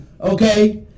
Okay